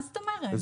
מה זאת אומרת?